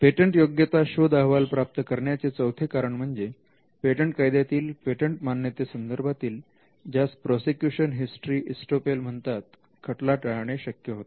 पेटंटयोग्यता शोध अहवाल प्राप्त करण्याचे चौथे कारण म्हणजे पेटंट कायद्यातील पेटंट मान्यते संदर्भातील ज्यास प्रोसेक्युशन हिस्टरी ईस्टपेल म्हणतात खटला टाळणे शक्य होते